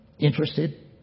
interested